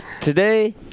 Today